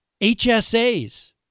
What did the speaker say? HSAs